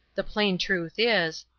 the plain truth is,